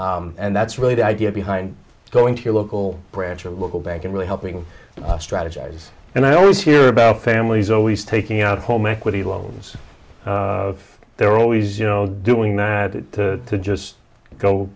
right and that's really the idea behind going to your local branch or local bank and really helping strategize and i always hear about families always taking out home equity loans of their always you know doing it to just go